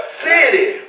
city